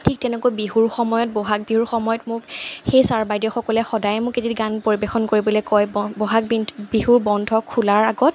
ঠিক তেনেকৈ বিহুৰ সময়ত বহাগ বিহুৰ সময়ত মোক সেই ছাৰ বাইদেউসকলে সদায় মোক এটি গান পৰিৱেশন কৰিবলৈ কয় বহাগ বিহুৰ বন্ধ খোলাৰ আগত